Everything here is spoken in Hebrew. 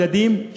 מדדים,